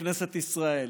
לכנסת ישראל,